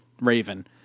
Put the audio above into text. Raven